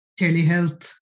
telehealth